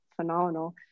phenomenal